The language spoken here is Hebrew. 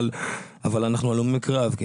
אבל אנחנו הלומי קרב.